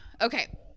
Okay